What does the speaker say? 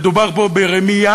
מדובר פה ברמייה,